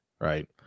Right